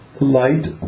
light